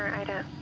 and